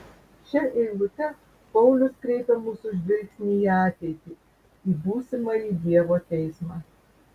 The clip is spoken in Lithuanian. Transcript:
šia eilute paulius kreipia mūsų žvilgsnį į ateitį į būsimąjį dievo teismą